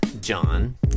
John